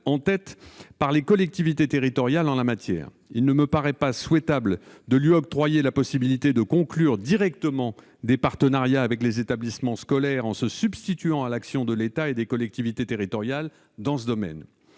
en tête -et par les collectivités territoriales. Il n'est pas souhaitable de lui octroyer la possibilité de conclure directement des partenariats avec les établissements scolaires en se substituant à l'action de l'État et des collectivités territoriales en ce domaine.